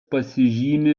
pasižymi